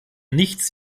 nichts